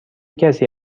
کسی